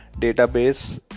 database